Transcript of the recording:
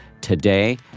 today